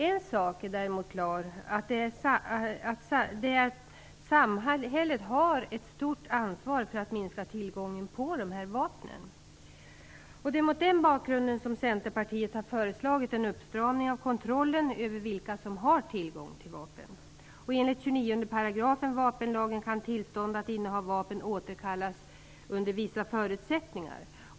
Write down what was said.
En sak är däremot klar, och det är att samhället har ett stort ansvar för att minska tillgången på dessa vapen. Det är mot den bakgrunden som Centerpartiet har föreslagit en uppstramning av kontrollen över vilka som har tillgång till vapen. Enligt 29 § vapenlagen kan tillstånd att inneha vapen återkallas under vissa förutsättningar.